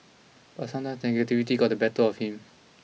but sometimes negativity got the better of him